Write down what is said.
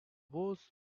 worst